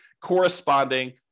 corresponding